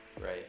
right